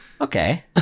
okay